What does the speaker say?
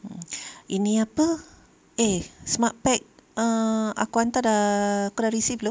mmhmm ini apa eh smartpac ah aku hantar dah kau dah receive belum